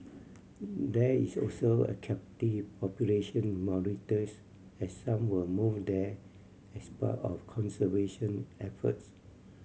there is also a captive population in Mauritius as some were moved there as part of conservation efforts